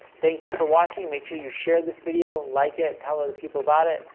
thank you for watching. make sure you share this video, like it, tell other people about it.